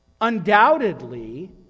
Undoubtedly